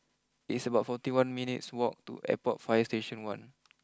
it's about forty one minutes walk to Airport fire Station one